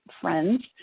friends